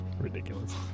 Ridiculous